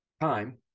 time